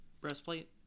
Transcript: breastplate